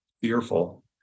fearful